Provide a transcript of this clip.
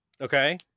Okay